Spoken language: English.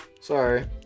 sorry